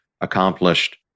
accomplished